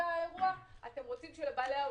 אני לא בא בטענות אלייך, אני בא בטענות